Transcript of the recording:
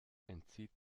entzieht